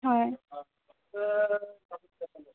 হয়